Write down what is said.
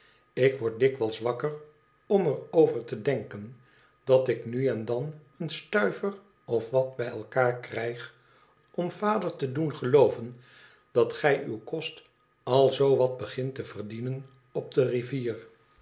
ik word dikwijls wakker om er over te denken dat ik nu en dan een stuiver of wat bij elkaar krijg om vader te doen gelooven dat gij uw kost al zoo wat begint te verdienen op de rivier